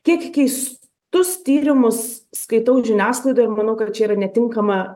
tiek keistus tyrimus skaitau žiniasklaidoje ir manau kad čia yra netinkama